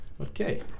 Okay